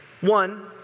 One